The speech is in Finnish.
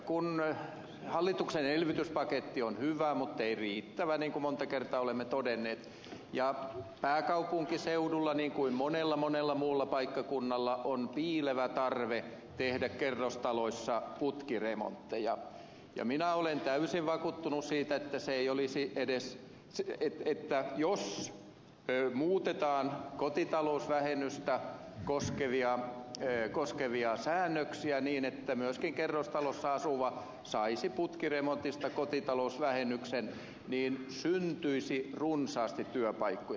kun hallituksen elvytyspaketti on hyvä muttei riittävä niin kuin monta kertaa olemme todenneet ja pääkaupunkiseudulla niin kuin monella monella muulla paikkakunnalla on piilevä tarve tehdä kerrostaloissa putkiremontteja minä olen täysin vakuuttunut siitä että se ei olisi edes siten että jos muutetaan kotitalousvähennystä koskevia säännöksiä niin että myöskin kerrostalossa asuva saisi putkiremontista kotitalousvähennyksen niin syntyisi runsaasti työpaikkoja